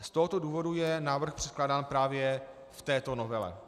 Z tohoto důvodu je návrh předkládán právě v této novele.